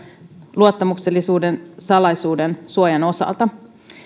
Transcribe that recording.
luottamuksellisuuden ja salaisuuden suojan osalta